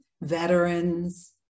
veterans